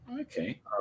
Okay